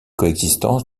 coexistence